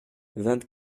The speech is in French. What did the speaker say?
vingt